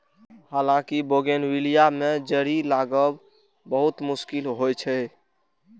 हालांकि बोगनवेलिया मे जड़ि लागब बहुत मुश्किल होइ छै